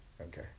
Okay